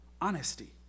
honesty